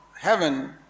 heaven